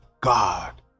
God